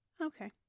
Okay